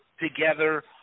together